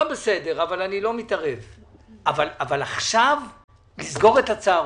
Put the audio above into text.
ויש סייעות דור ב' שנקלטו אחרי 2015,